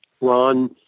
Ron